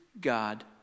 God